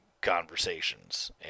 Conversations